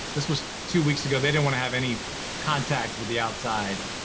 this was two weeks ago, they didn't want to have any contact with the outside.